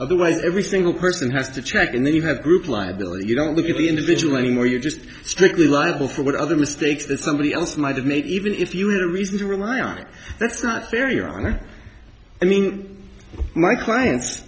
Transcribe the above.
way every single person has to check and then you have group liability you don't look at the individual anymore you're just strictly liable for other mistakes that somebody else might have made even if you had a reason to rely on that's not fair your honor i mean my clients